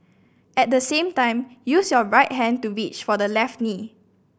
at the same time use your right hand to reach for the left knee